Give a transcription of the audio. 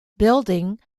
building